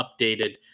updated